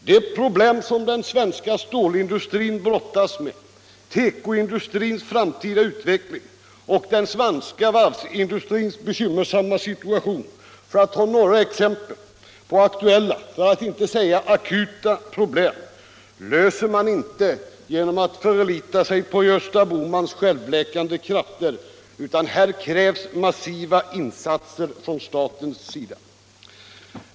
De problem som den svenska stålindustrin brottas med, tekoindustrins framtida utveckling och den svenska varvsindustrins bekymmersamma situation — för att ta några exempel på aktuella, för att inte säga akuta problem — löser man inte genom att förlita sig på Gösta Bohmans självläkande krafter, utan här krävs massiva insatser från statens sida.